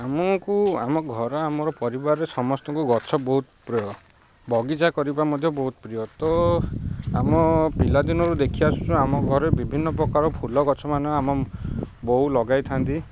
ଆମକୁ ଆମ ଘର ଆମର ପରିବାରରେ ସମସ୍ତଙ୍କୁ ଗଛ ବହୁତ ପ୍ରିୟ ବଗିଚା କରିବା ମଧ୍ୟ ବହୁତ ପ୍ରିୟ ତ ଆମ ପିଲାଦିନରୁ ଦେଖି ଆସୁଛୁ ଆମ ଘରେ ବିଭିନ୍ନ ପ୍ରକାର ଫୁଲ ଗଛମାନେ ଆମ ବୋଉ ଲଗାଇଥାନ୍ତି